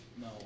No